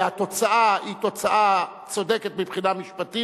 והתוצאה היא תוצאה צודקת מבחינה משפטית,